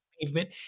pavement